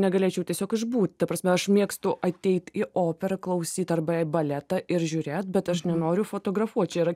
negalėčiau tiesiog išbūt ta prasme aš mėgstu ateit į operą klausyt arba baletą ir žiūrėt bet aš nenoriu fotografuot čia yra